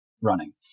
running